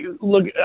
look